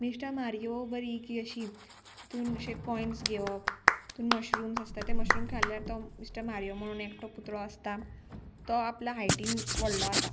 Mister Mario बरी की अशी तितून अशे कॉयन्स घेवप तितून मशरुम्स आसता ते मशरूम खाल्यार तो मिश्टा मारियो म्हणून एकटो कुत्रो आसता तो आपलो हायटीन व्हडलो आता